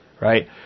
right